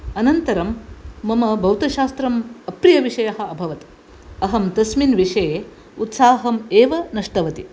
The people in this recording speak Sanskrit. अनन्तरं मम भौतशास्त्रम् अप्रियविषयः अभवत् अहं तस्मिन् विषये उत्साहम् एव नष्टवती